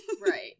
right